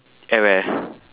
at where